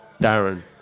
Darren